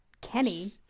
Kenny